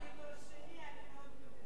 אני דור שני, אני מאוד מבינה.